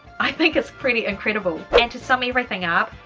i think it's pretty incredible! and to sum everything up,